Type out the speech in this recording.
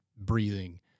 breathing